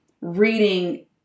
reading